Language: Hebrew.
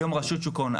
היום רשות שוק ההון,